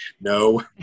no